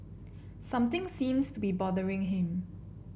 something seems to be bothering him